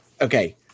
Okay